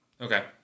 Okay